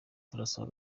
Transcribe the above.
turasaba